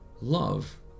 love